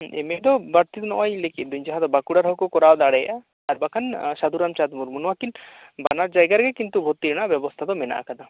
ᱮᱢ ᱮ ᱫᱚ ᱵᱟᱨ ᱴᱷᱮᱱ ᱱᱚᱜ ᱚᱭ ᱞᱟᱹᱭ ᱠᱮᱫ ᱫᱚ ᱡᱟᱦᱟᱸ ᱫᱚ ᱵᱟᱠᱩᱲᱟ ᱨᱮᱦᱚᱸ ᱠᱚ ᱠᱚᱨᱟᱣ ᱫᱟᱲᱮᱭᱟᱜᱼᱟ ᱵᱟᱠᱷᱟᱱ ᱥᱟᱫᱷᱩᱨᱟᱢᱪᱟᱸᱫ ᱢᱩᱨᱢᱩ ᱱᱚᱶᱟ ᱠᱤᱱ ᱵᱟᱱᱟᱨ ᱡᱟᱭᱜᱟ ᱨᱮᱜᱮ ᱠᱤᱱᱛᱩ ᱵᱷᱚᱨᱛᱤ ᱨᱮᱭᱟᱜ ᱵᱮᱵᱚᱥᱛᱟ ᱫᱚ ᱢᱮᱱᱟᱜ ᱟᱠᱟᱫᱟ